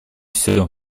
все